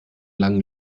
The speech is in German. langen